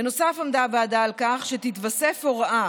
בנוסף עמדה הוועדה על כך שתתווסף הוראה